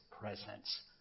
presence